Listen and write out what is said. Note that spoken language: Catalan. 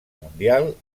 mundial